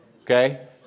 okay